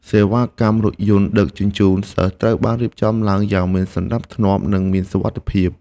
សេវាកម្មរថយន្តដឹកជញ្ជូនសិស្សត្រូវបានរៀបចំឡើងយ៉ាងមានសណ្តាប់ធ្នាប់និងមានសុវត្ថិភាព។